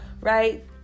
right